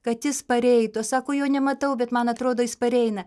kad jis pareitų aš sako jo nematau bet man atrodo jis pareina